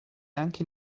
anche